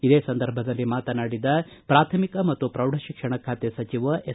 ಇದೇ ಸಂದರ್ಭದಲ್ಲಿ ಮಾತನಾಡಿದ ಪ್ರಾಥಮಿಕ ಮತ್ತು ಪ್ರೌಢ ಶಿಕ್ಷಣ ಖಾತೆ ಸಚಿವ ಎಸ್